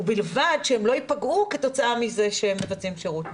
ובלבד שהם לא ייפגעו כתוצאה מזה שהם מבצעים שירות מילואים.